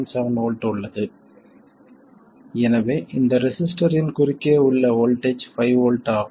7 V உள்ளது எனவே இந்த ரெசிஸ்டரின் குறுக்கே உள்ள வோல்ட்டேஜ் 5 V ஆகும்